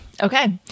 okay